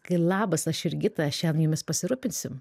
kai labas aš jurgita aš šiandien jumis pasirūpinsiu